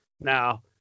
now